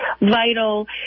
vital